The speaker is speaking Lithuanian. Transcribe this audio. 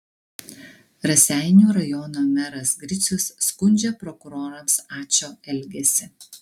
raseinių rajono meras gricius skundžia prokurorams ačo elgesį